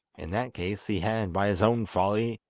in that case he had, by his own folly,